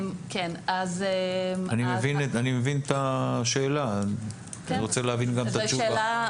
אני מבין את השאלה ורוצה להבין גם את התשובה.